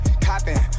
copping